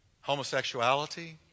homosexuality